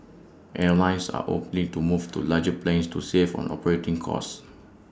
airlines are opting to move to larger planes to save on operating costs